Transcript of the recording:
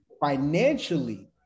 financially